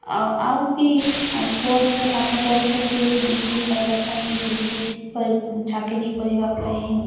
ଆଉ ଆଉ ବି ପୁଅଝିଅ ପାଠ ପଢ଼ୁଛନ୍ତି ବି ଡିଗ୍ରୀ ପାଇବା ପାଇଁ ଡିଗ୍ରୀ ଚାକିରୀ କରିବା ପାଇଁ ତ